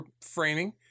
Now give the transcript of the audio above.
framing